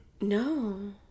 No